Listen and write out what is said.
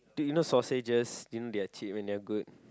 dude you know sausages you know they are cheap and they are good